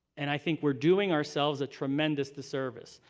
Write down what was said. and i think we're doing ourselves a tremendous disservice.